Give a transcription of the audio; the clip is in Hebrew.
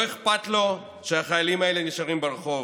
לא אכפת לו שהחיילים האלה נשארים ברחוב.